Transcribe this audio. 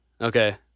okay